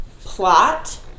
plot